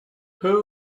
who